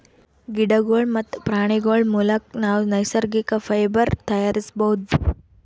ಗಿಡಗೋಳ್ ಮತ್ತ್ ಪ್ರಾಣಿಗೋಳ್ ಮುಲಕ್ ನಾವ್ ನೈಸರ್ಗಿಕ್ ಫೈಬರ್ ತಯಾರಿಸ್ಬಹುದ್